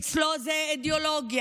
אצלו זאת אידיאולוגיה,